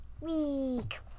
week